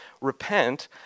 repent